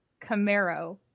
Camaro